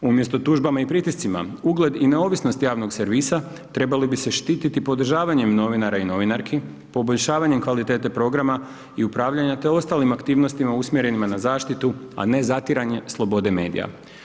Umjesto tužbama i pritiscima, ugled i neovisnost javnog servisa, trebali bi se štititi podržavanjem novinara i novinarki, poboljšavanjem kvalitete programa i upravljanja te ostalim aktivnostima usmjerenim na zaštitu, a ne zatiranje slobode medija.